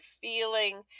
feeling